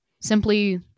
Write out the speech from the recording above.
Simply